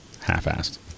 half-assed